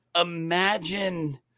imagine